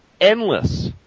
endless